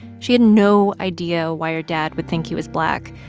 she had no idea why her dad would think he was black.